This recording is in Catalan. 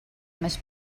més